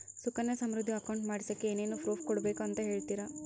Sukanya Samriddhi account ಮಾಡಿಸೋಕೆ ಏನೇನು proof ಕೊಡಬೇಕು ಅಂತ ಹೇಳ್ತೇರಾ?